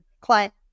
client